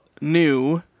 new